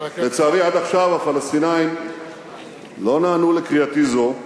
לצערי, עד עכשיו הפלסטינים לא נענו לקריאתי זו,